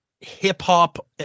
hip-hop